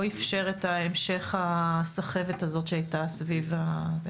איפשר את המשך הסחבת הזאת שהייתה סביב.